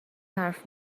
حرف